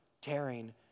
tearing